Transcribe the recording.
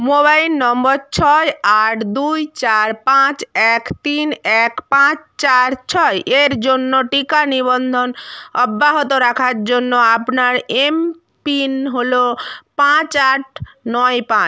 mobile নম্বর ছয় আট দুই চার পাঁচ এক তিন এক পাঁচ চার ছয় এর জন্য টিকা নিবন্ধন অব্যাহত রাখার জন্য আপনার এমপিন হল পাঁচ আট নয় পাঁচ